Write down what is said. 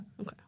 Okay